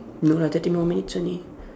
no lah thirty more minutes only